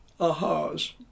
ahas